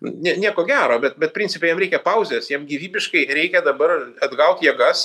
nie nieko gero bet bet principe jam reikia pauzės jam gyvybiškai reikia dabar atgaut jėgas